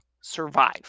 survive